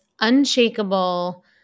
unshakable